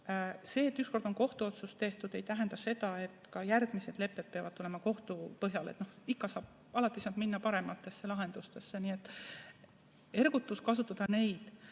See, et üks kord on kohtuotsus tehtud, ei tähenda seda, et ka järgmised lepped peavad tulema kohtu põhjal. Ikka saab, alati saab minna paremate lahenduste juurde. Nii et ergutan neid